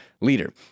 leader